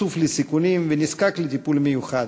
חשוף לסיכונים ונזקק לטיפול מיוחד.